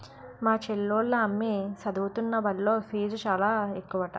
మా చెల్లోల అమ్మి సదువుతున్న బల్లో ఫీజు చాలా ఎక్కువట